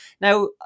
Now